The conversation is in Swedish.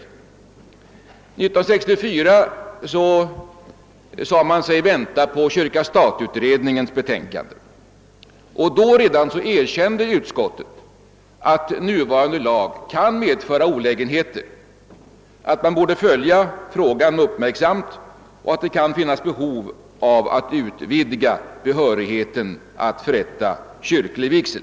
1964 sade man sig vänta på kyrka—stat-utredningens betänkande. Redan då erkände utskottet att nuvarande lag kan medföra olägenheter, att man borde följa frågan uppmärksamt och att det kunde finnas behov av att utvidga behörigheten att förrätta kyrklig vigsel.